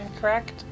correct